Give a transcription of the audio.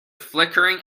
flickering